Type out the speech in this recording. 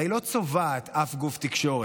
הרי היא לא צובעת אף גוף תקשורת,